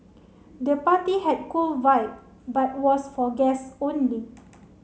the party had cool vibe but was for guests only